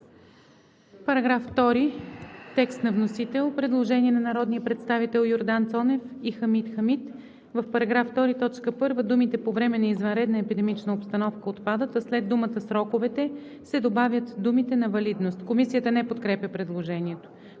По § 2 има предложение от народните представители Йордан Цонев и Хамид Хамид: „В § 2, т. 1 думите „по време на извънредна епидемична обстановка“ отпадат, а след думата „сроковете“ се добавят думите „на валидност“. Комисията не подкрепя предложението.